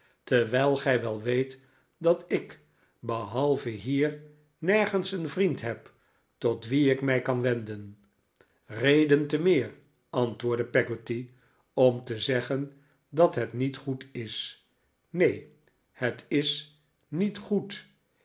terwijl gij wel weet dat ik behalve hier nergens een vriend heb tot wien ik mij kan wenden reden te meer antwoordde peggotty om te zeggen dat het niet goed is neen het is niet goed